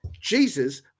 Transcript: Jesus